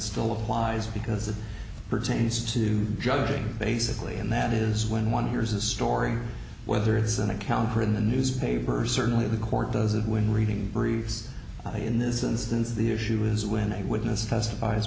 still applies as it pertains to judging basically and that is when one hears a story whether it's an account or in the newspapers certainly the court does it when reading briefs in this instance the issue is when a witness testifies